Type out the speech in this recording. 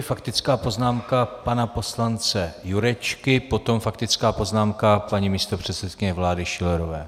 Faktická poznámka pana poslance Jurečky, potom faktická poznámka paní místopředsedkyně vlády Schillerové.